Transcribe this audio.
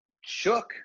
shook